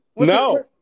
No